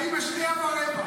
אני בשנייה ורבע.